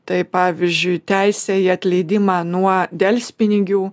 tai pavyzdžiui teisė į atleidimą nuo delspinigių